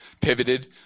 pivoted